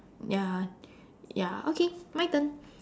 ya ya okay my turn